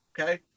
okay